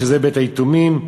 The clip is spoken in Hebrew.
שזה בית-היתומים,